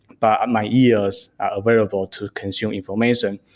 but my ears are available to consume information.